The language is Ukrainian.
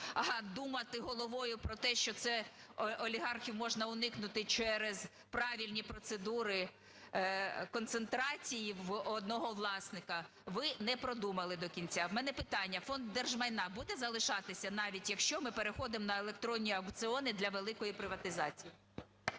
а думати головою про те, що це олігархів можна уникнути через правильні процедури концентрації в одного власника ви не продумали до кінця. В мене питання. Фонд держмайна буде залишатися навіть, якщо ми переходимо на електронні аукціони для великої приватизації?